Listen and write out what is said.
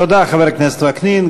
תודה, חבר הכנסת וקנין.